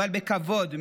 אבל בכבוד,